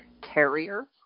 carrier